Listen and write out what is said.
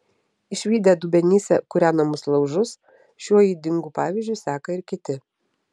išvydę dubenyse kūrenamus laužus šiuo ydingu pavyzdžiu seka ir kiti